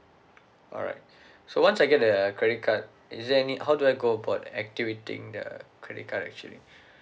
alright so once I get the credit card is there any how do I go about activating the credit card actually